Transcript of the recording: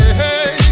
hey